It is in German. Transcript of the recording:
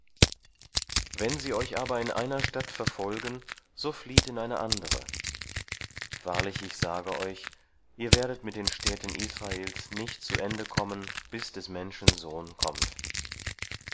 wenn sie euch aber in einer stadt verfolgen so flieht in eine andere wahrlich ich sage euch ihr werdet mit den städten israels nicht zu ende kommen bis des menschen sohn kommt